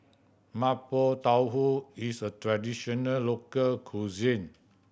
Mapo Tofu is a traditional local cuisine